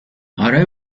اره